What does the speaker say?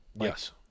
Yes